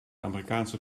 amerikaanse